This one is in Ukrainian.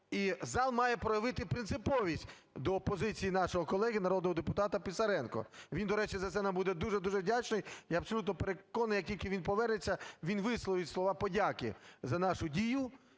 І зал має проявити принциповість до позиції нашого колеги народного депутата Писаренко. Він, до речі, за це нам буде дуже, дуже вдячний. Я абсолютно переконаний, як тільки він повернеться, він висловить слова подяки за нашу дію.